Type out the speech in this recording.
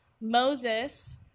Moses